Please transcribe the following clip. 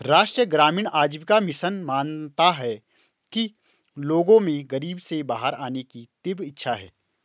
राष्ट्रीय ग्रामीण आजीविका मिशन मानता है कि लोगों में गरीबी से बाहर आने की तीव्र इच्छा है